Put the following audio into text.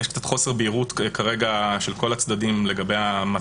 יש חוסר בהירות --- עם לשכת עורכי הדין צריך לדבר.